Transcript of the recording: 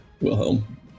Wilhelm